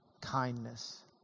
kindness